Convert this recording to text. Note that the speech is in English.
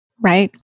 Right